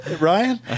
Ryan